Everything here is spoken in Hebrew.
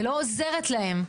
ולא עוזרת להן,